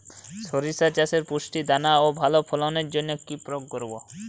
শরিষা চাষে পুষ্ট দানা ও ভালো ফলনের জন্য কি প্রয়োগ করব?